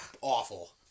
awful